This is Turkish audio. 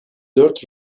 dört